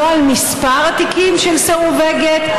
לא על מספר התיקים של סירובי גט,